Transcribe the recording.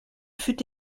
fut